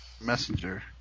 Messenger